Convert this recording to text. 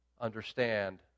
understand